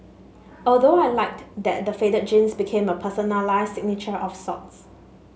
although I liked that the faded jeans became a personalised signature of sorts